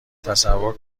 تصور